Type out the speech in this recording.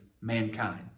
mankind